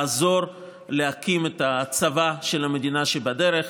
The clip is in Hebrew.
לעזור להקים את הצבא של המדינה שבדרך.